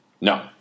No